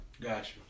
Gotcha